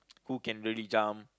who can really jump